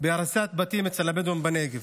בהריסת בתים אצל הבדואים בנגב.